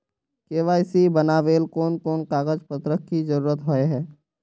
KYC बनावेल कोन कोन कागज पत्र की जरूरत होय है?